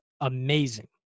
amazing